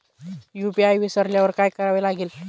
UPI विसरल्यावर काय करावे लागेल?